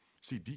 See